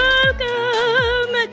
Welcome